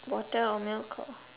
water or milk or